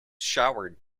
showered